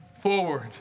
forward